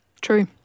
true